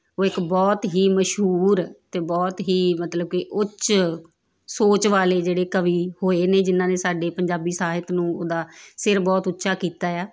ਉਹ ਇੱਕ ਬਹੁਤ ਹੀ ਮਸ਼ਹੂਰ ਅਤੇ ਬਹੁਤ ਹੀ ਮਤਲਬ ਕਿ ਉੱਚ ਸੋਚ ਵਾਲੇ ਜਿਹੜੇ ਕਵੀ ਹੋਏ ਨੇ ਜਿਨ੍ਹਾਂ ਨੇ ਸਾਡੇ ਪੰਜਾਬੀ ਸਾਹਿਤ ਨੂੰ ਦਾ ਸਿਰ ਬਹੁਤ ਉੱਚਾ ਕੀਤਾ ਆ